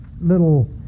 little